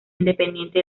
independiente